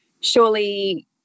surely